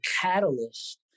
catalyst